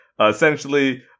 essentially